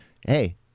hey